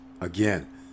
again